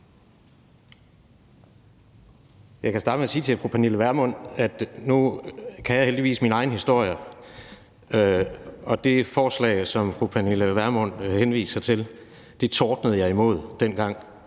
Jeg kan starte med at sige til fru Pernille Vermund, at nu kan jeg heldigvis min egen historie, og det forslag, som fru Pernille Vermund henviser til, tordnede jeg imod dengang,